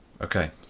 Okay